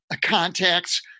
contacts